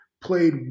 played